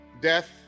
Death